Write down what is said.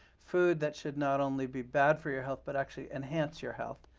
food that should not only be bad for your health, but actually enhance your health,